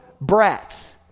brats